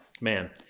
Man